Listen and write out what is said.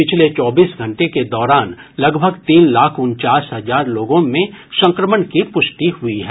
पिछले चौबीस घंटे के दौरान लगभग तीन लाख उनचास हजार लोगों में संक्रमण की पुष्टि हुई है